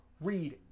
read